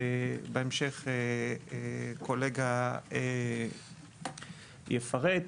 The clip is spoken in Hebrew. בהמשך הקולגה יפרט.